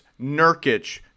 Nurkic